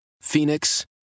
phoenix